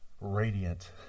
radiant